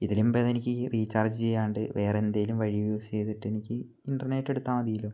ഇതിലും ഭേധം എനിക്ക് റീചാർജ് ചെയ്യാണ്ട് വേറെ എന്തേലും വഴി യൂസ് ചെയ്തിട്ടെനിക്ക് ഇൻ്റർനെറ്റെടുത്താൽ മതില്ലോ